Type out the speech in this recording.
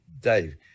Dave